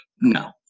no